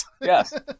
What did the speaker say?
yes